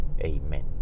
Amen